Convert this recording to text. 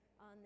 on